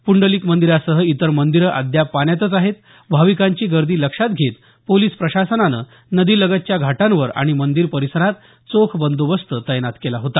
पुंडलिक मंदिरासह इतर मंदिरं अद्याप पाण्यातच आहेत भाविकांची गर्दी लक्षात घेत पोलीस प्रशासनानं नदीलगतच्या घाटांवर आणि मंदिर परिसरात चोख बंदोबस्त तैनात केला होता